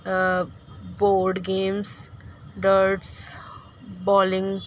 board games darts bowling